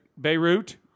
Beirut